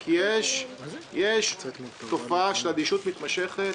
כי יש תופעה של אדישות מתמשכת.